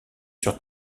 sur